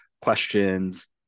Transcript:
questions